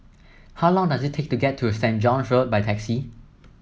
how long does it take to get to Saitt John's Road by taxi